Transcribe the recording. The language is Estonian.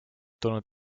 toodud